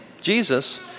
Jesus